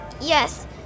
Yes